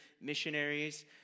missionaries